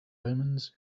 omens